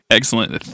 Excellent